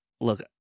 look